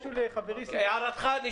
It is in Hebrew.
אני רוצה להגיד משהו לחברי -- הערתך נשמעה.